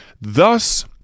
thus